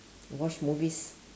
watch movies